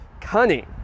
cunning